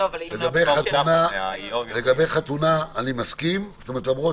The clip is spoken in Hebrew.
לגבי חתונה אני מסכים, למרות